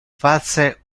face